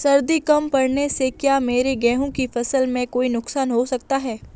सर्दी कम पड़ने से क्या मेरे गेहूँ की फसल में कोई नुकसान हो सकता है?